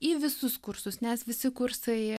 į visus kursus nes visi kursai